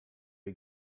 you